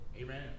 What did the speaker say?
Amen